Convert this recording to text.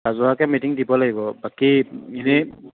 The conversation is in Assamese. ৰাজহুৱাকে মিটিং দিব লাগিব বাকী এনেই